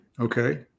Okay